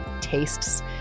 tastes